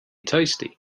tasty